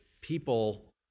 people